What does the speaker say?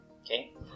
Okay